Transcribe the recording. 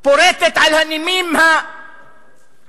היא פורטת על הנימים היצריים,